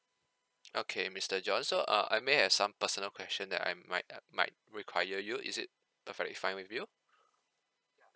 okay mister john so uh I may have some personal question that I might uh might require you is it perfectly fine with you